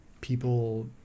people